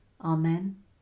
Amen